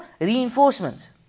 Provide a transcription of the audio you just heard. reinforcements